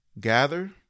gather